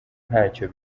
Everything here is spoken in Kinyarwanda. ntacyo